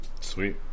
Sweet